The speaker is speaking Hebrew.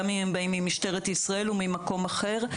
גם אם הם באים ממשטרת ישראל או ממקום אחר,